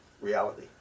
reality